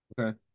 okay